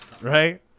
right